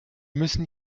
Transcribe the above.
müssen